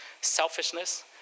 selfishness